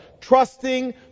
trusting